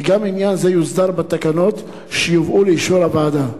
גם עניין זה יוסדר בתקנות אשר יובאו לאישור הוועדה,